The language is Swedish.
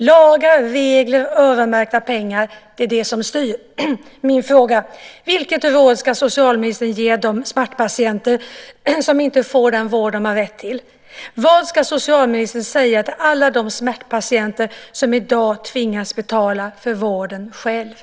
Lagar, regler och öronmärkta pengar är det som styr. Min fråga är: Vilket råd ska socialministern ge de smärtpatienter som inte får den vård de har rätt till? Vad ska socialministern säga till alla de smärtpatienter som i dag tvingas betala för vården själva?